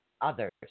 others